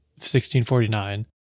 1649